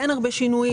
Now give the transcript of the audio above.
אין הרבה שינויים,